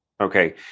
okay